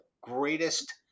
greatest